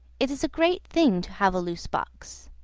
it is a great thing to have a loose box.